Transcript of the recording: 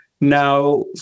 Now